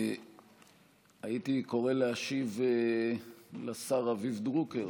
הייתי קורא להשיב לשר רביב דרוקר,